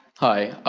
hi,